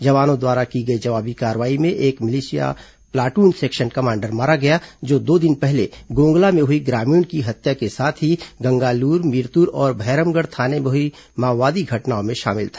जवानों द्वारा की गई जवाबी कार्रवाई में एक मिलिशिया प्लाटून सेक्शन कमांडर मारा गया जो दो दिन पहले गोंगला में हुई ग्रामीण की हत्या के साथ ही गंगालूर मिरतुर और भैरमगढ़ थाने में हुई माओवादी घटनाओं में शामिल था